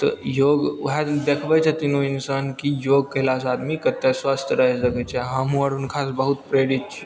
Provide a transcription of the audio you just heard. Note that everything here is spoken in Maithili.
तऽ योग वएहके देखबै छथिन ओ इन्सानके कि योग कएलासे आदमी कतेक स्वस्थ रहि सकै छै हमहूँ आर हुनकासे बहुत प्रेरित छी